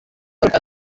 kagame